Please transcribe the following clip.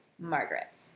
Margaret